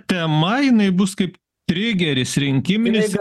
tema jinai bus kaip trigeris rinkiminėse